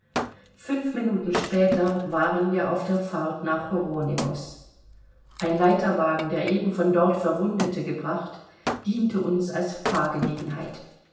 fünf minuten später waren wir auf der fahrt nach horonewos ein leiterwagen der eben von dort verwundete gebracht diente uns als fahrgelegenheit